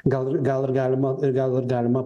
gal gal ir galima ir gal ir galima